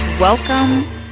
Welcome